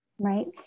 Right